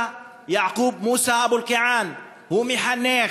יעקוב מוסא אבו אלקיעאן הוא מחנך,